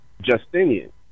Justinian